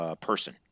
person